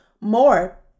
more